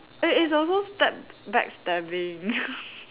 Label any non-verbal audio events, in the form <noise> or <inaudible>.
it is also stab backstabbing <laughs>